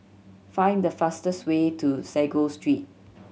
find the fastest way to Sago Street